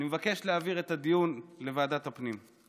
אני מבקש להעביר את הדיון לוועדת הפנים.